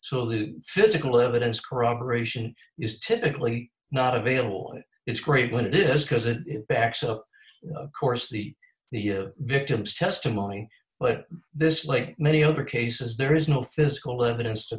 so the physical evidence corroboration is typically not available it is great when it is because it backs of course the the victim's testimony but this late many other cases there is no physical evidence to